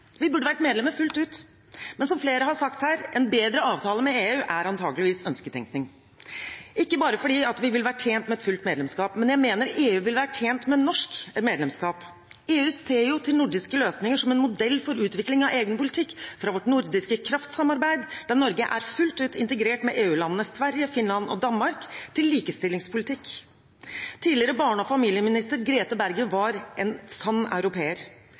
Vi burde vært fullt ut medlem. Men som flere her har sagt: En bedre avtale med EU er antakeligvis ønsketenkning. Ikke bare fordi vi ville vært tjent med et fullt medlemskap, men også fordi jeg mener at EU ville vært tjent med et norsk medlemskap. EU ser jo til nordiske løsninger som en modell for utviklingen av egen politikk – fra vårt nordiske kraftsamarbeid, der Norge er fullt ut integrert med EU-landene Sverige, Finland og Danmark, til likestillingspolitikk. Tidligere barne- og familieminister Grete Berget var en sann europeer.